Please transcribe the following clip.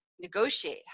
negotiate